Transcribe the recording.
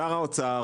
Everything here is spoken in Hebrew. שר האוצר,